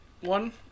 one